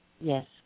Yes